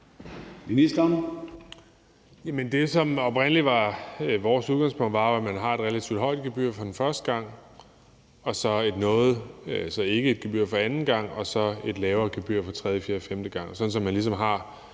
det, som oprindelig var vores udgangspunkt, var, at man har et relativt højt gebyr for den første gang og så ikke et gebyr anden gang og så et lavere gebyr tredje, fjerde og femte gang, sådan at man ligesom har